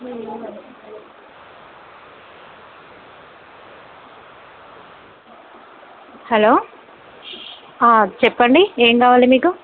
hello చెప్పండి ఏం కావాలి మీకు